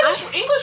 English